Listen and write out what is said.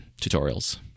tutorials